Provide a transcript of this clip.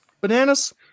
Bananas